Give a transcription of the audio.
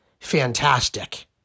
fantastic